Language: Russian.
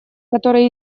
которые